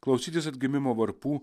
klausytis atgimimo varpų